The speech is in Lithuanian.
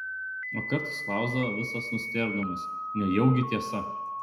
o kartais klausdavo visas nustėrdamas nejaugi tiesa